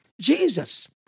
Jesus